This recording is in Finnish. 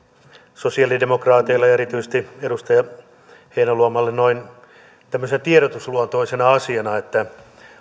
sosialidemokraateille ja erityisesti edustaja heinäluomalle tämmöisenä tiedotusluontoisena asiana että